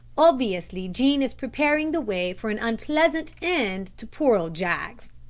obviously jean is preparing the way for an unpleasant end to poor old jaggs.